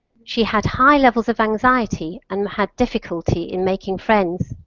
she had high levels of anxiety and had difficulty in making friends.